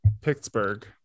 Pittsburgh